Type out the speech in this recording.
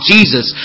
Jesus